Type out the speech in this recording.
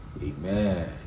amen